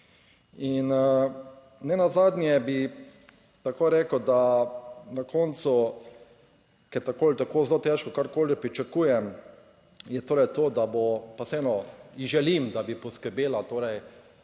In nenazadnje bi tako rekel, da na koncu, ker tako ali tako zelo težko karkoli pričakujem, je torej to, da bo pa vseeno ji želim, da bi poskrbela, torej,